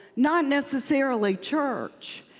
not necessarily church.